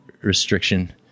restriction